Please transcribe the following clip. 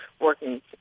working